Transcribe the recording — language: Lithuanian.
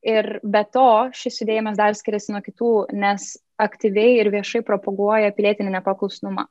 ir be to šis judėjimas dar skiriasi nuo kitų nes aktyviai ir viešai propaguoja pilietinį nepaklusnumą